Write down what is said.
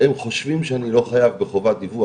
הם חושבים שאני לא חייב בחובת דיווח,